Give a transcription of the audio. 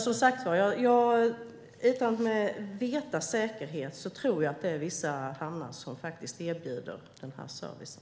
Som sagt: Utan att med säkerhet veta tror jag att det är vissa hamnar som erbjuder den här servicen.